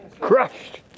Crushed